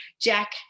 Jack